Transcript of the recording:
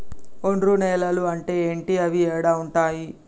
ఒండ్రు నేలలు అంటే ఏంటి? అవి ఏడ ఉంటాయి?